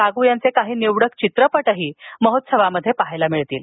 लागू यांचे काही निवडक चित्रपट देखील महोत्सवात पाहायला मिळतील